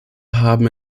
haben